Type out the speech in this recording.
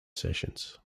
sessions